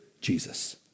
Jesus